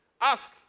Ask